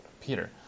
Peter